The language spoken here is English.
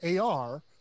AR